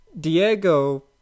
Diego